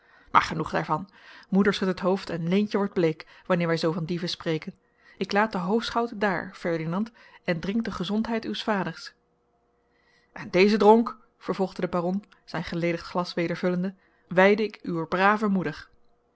maar genoeg daarvan moeder schudt het hoofd en leentje wordt bleek wanneer wij zoo van dieven spreken ik laat den hoofdschout daar ferdinand en drink de gezondheid uws vaders en dezen dronk vervolgde de baron zijn geledigd glas weder vullende wijde ik uwer brave moeder